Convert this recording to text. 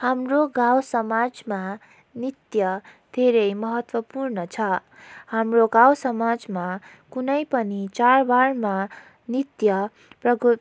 हाम्रो गाउँ समाजमा नृत्य धेरै महत्त्वपूर्ण छ हाम्रो गाउँ समाजमा कुनै पनि चाडबाडमा नृत्य प्रगो